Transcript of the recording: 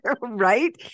right